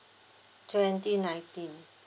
twenty nineteen